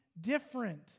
different